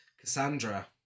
Cassandra